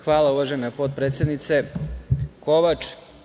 Hvala, uvažena potpredsednice Kovač.